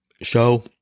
show